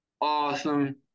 awesome